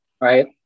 right